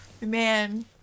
Man